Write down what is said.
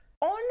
on